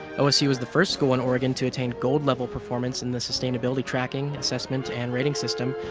osu was the first school in oregon to attain gold level performance in the sustainability tracking, assessment and rating system,